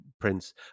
Prince